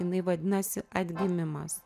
jinai vadinasi atgimimas